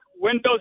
windows